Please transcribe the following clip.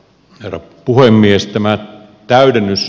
herra puhemies